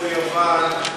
כמו יוון,